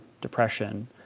depression